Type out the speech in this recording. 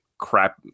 crap